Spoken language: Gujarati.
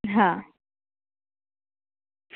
હા